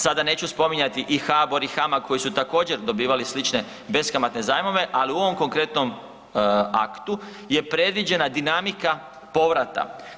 Sada neću spominjati i HBOR i HAMAG koji su također dobivali slične beskamatne zajmove, ali u ovom konkretnom aktu je predviđena dinamika povrata.